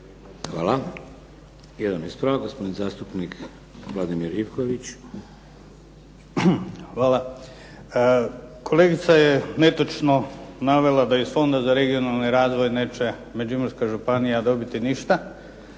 Hvala. Jedan ispravak, gospodin zastupnik Vladimir Ivković. **Ivković, Vladimir (HDZ)** Hvala. Kolegica je netočno navela da iz Fonda za regionalni razvoj neće Međimurska županija dobiti ništa.